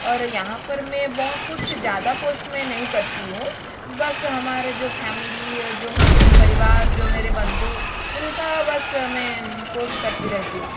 और यहाँ पर मैं बहुत कुछ ज़्यादा पोस्ट मैं नहीं करती हूँ बस हमारा जो फैमिली वो जो हम परिवार जो मेरे बंधु उनका बस मैं पोस्ट करती रहती हूँ